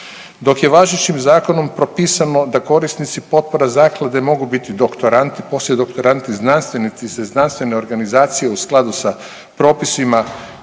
Dok je važećim zakonom propisano da korisnici potpora zaklade mogu biti doktoranti, poslijedoktoranti znanstvenici te znanstvene organizacije u skladu sa propisima